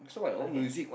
high end